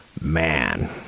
Man